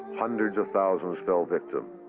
hundreds of thousands fell victim.